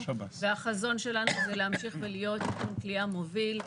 והחזון שלנו הוא להמשיך ולהיות הכלי המוביל.